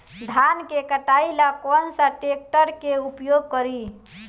धान के कटाई ला कौन सा ट्रैक्टर के उपयोग करी?